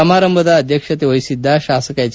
ಸಮಾರಂಭದ ಅಧ್ವಕ್ಷತೆ ವಹಿಸಿದ್ದ ಶಾಸಕ ಎಚ್